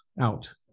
out